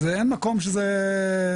אין מקום שזה חסר,